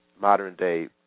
modern-day